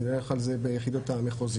ידווחו על זה ביחידות המחוזיות,